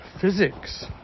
physics